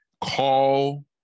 call